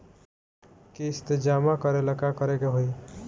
किस्त जमा करे ला का करे के होई?